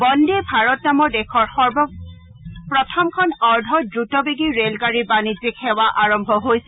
বন্দে ভাৰত নামৰ দেশৰ প্ৰথমখন অৰ্ধ দ্ৰুতবেগী ৰে'লগাড়ীৰ বাণিজ্যিক সেৱা আৰম্ভ হৈছে